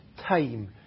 time